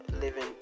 living